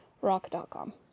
rock.com